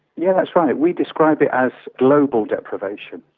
yeah, that's right. we describe it as global deprivation.